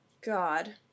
god